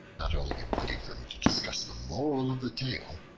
not only inviting them to discuss the moral of the tale,